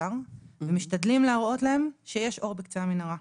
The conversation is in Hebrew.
הזר ומשתדלים להראות להם כי יש אור בקצה המנהרה.